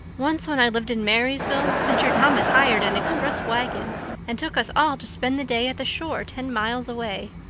once, when i lived in marysville, mr. thomas hired an express wagon and took us all to spend the day at the shore ten miles away.